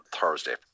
Thursday